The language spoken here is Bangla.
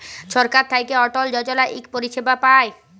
ছরকার থ্যাইকে অটল যজলা ইক পরিছেবা পায়